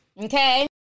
okay